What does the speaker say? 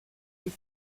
est